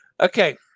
Okay